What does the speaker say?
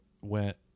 went